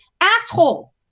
asshole